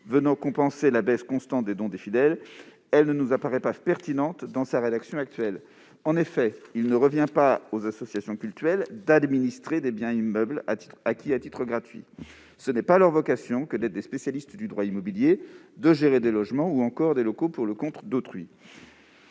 à compenser la baisse constante des dons des fidèles, elle ne nous paraît pas pertinente dans sa rédaction actuelle. En effet, il ne revient pas aux associations cultuelles d'administrer des biens immeubles acquis à titre gratuit. Ce n'est pas leur vocation que d'être des spécialistes du droit immobilier, de gérer des logements ou encore des locaux pour le compte d'autrui.